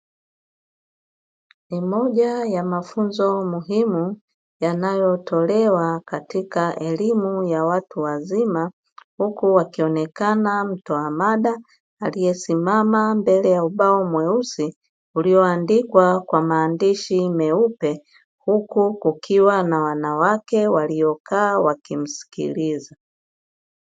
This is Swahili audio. Ni moja ya mafunzo muhimu yanayotolewa katika elimu ya watu wazima, huku akionekana mtoa mada aliyesimama mbele ya ubao mweusi ulioandikwa kwa maandishi meupe huku kukiwa na wanawake waliokaa wakimsikiliza.